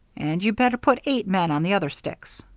and you'd better put eight men on the other sticks.